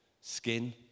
skin